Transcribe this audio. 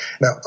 now